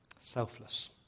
selfless